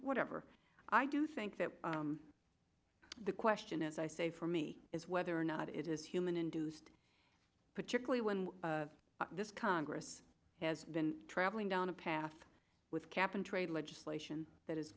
whatever i do think that the question as i say for me is whether or not it is human induced particularly when this congress has been traveling down a path with cap and trade legislation that is